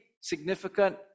significant